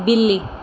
ਬਿੱਲੀ